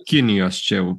kinijos čia jau